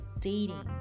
dating